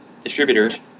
distributors